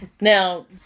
Now